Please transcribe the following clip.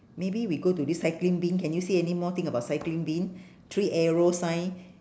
maybe we go to recycling bin can you see anymore thing about recycling bin three arrow sign